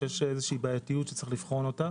שיש בעייתיות שיש לבחון אותה.